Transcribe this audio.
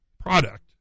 product